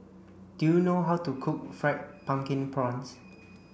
do you know how to cook fried pumpkin prawns